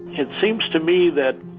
it seems to me that